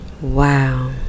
Wow